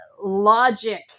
logic